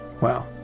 Wow